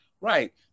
right